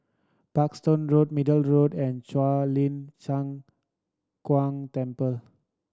Parkstone Road Middle Road and Shuang Lin Cheng Huang Temple